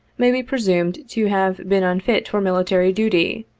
may be presumed to have been unfit for military duty,